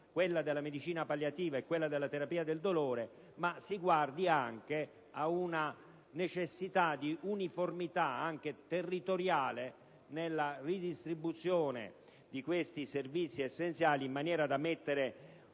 quella della medicina palliativa e quella della terapia del dolore, ma anche alla necessaria uniformità territoriale nella redistribuzione di questi servizi essenziali, in maniera da porre